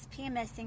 PMSing